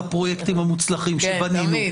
על פניו,